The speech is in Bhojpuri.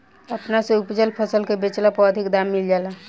अपना से उपजल फसल के बेचला पर अधिका दाम मिल जाला